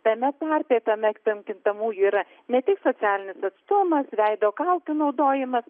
tame tarpe tame tarp kintamųjų yra ne tik socialinis atstumas veido kaukių naudojimas